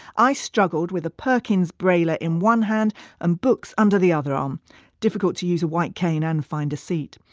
i struggled with a perkins brailer in one hand and books under the other arm. difficult to use a white cane and find a seat.